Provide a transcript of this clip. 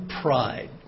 pride